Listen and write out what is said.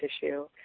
tissue